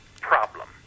problem